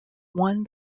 won